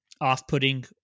off-putting